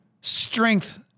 strength